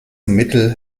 mittel